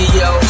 yo